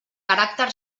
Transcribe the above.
caràcter